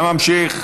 אתה ממשיך,